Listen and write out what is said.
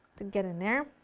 get in there.